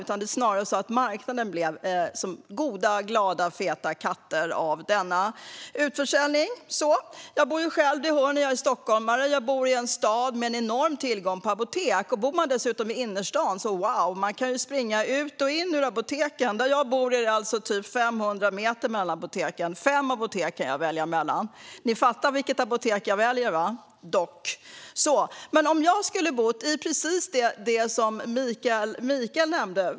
Det var snarare marknadskrafterna som blev goda, glada, feta katter av utförsäljningen. Jag är stockholmare; det hör ni. Jag bor i en stad med en enorm tillgång till apotek. Bor man dessutom i innerstan, wow! Då kan man springa ut och in i apotek. Där jag bor är det typ 500 meter mellan apoteken - fem apotek kan jag välja mellan. Ni fattar vilket apotek jag väljer, dock! Men tänk om jag bodde i Likenäs i Värmland, som Mikael nämnde.